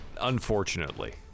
Unfortunately